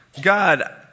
God